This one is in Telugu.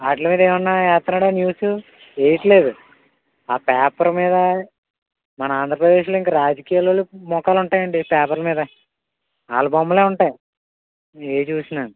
వాటి మీద ఏమన్నా వేస్తున్నాడా న్యూస్ వెయ్యట్లేదు ఆ పేపర్ మీద మన ఆంధ్రప్రదేశ్లో ఇంకా రాజకీయాల వాళ్ళ ముఖాలే ఉంటాయండి ఇంక పేపర్ల మీద వాళ్ళ బొమ్మలే ఉంటాయి ఏవి చూసినా